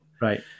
Right